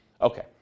Okay